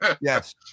yes